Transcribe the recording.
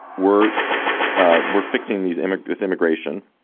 we're ah we're fixing these immigrants. immigration.